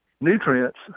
nutrients